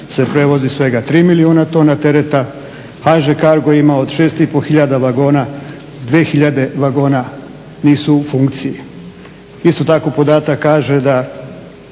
se prevozi svega 3 milijuna tona tereta, HŽ Cargo ima od 6,5 tisuća vagona 2 tisuće vagona nisu u funkciji. Isto tako podatak kaže da